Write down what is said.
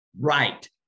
Right